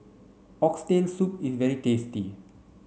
oxtail soup is very tasty